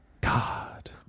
God